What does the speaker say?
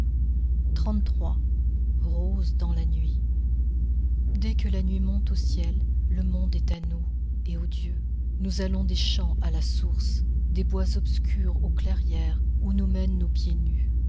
roses dans la nuit dès que la nuit monte au ciel le monde est à nous et aux dieux nous allons des champs à la source des bois obscurs aux clairières où nous mènent nos pieds nus